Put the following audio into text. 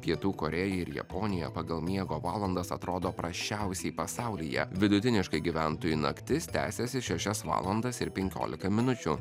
pietų korėja ir japonija pagal miego valandas atrodo prasčiausiai pasaulyje vidutiniškai gyventojų naktis tęsiasi šešias valandas ir penkiolika minučių o